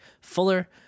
Fuller